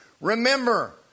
remember